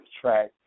track